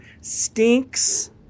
stinks